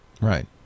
Right